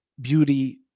beauty